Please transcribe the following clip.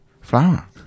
flower